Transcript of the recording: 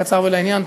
קצר ולעניין.